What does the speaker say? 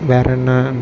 வேறே என்ன